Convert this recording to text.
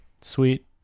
Sweet